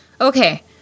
Okay